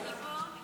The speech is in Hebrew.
אני פה.